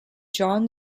jean